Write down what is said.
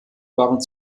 waren